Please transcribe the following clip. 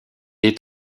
ont